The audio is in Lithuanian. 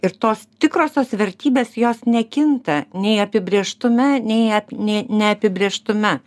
ir tos tikrosios vertybės jos nekinta nei apibrėžtume nei ne neapibrėžtume